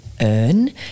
earn